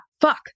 fuck